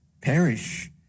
perish